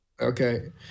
Okay